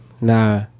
Nah